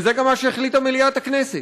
וזה גם מה שהחליטה מליאת הכנסת.